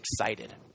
excited